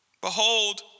Behold